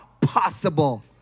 possible